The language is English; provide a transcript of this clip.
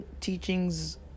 teachings